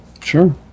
sure